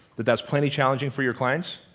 that that's plenty challenging for your clients?